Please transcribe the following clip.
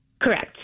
Correct